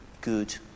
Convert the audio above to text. good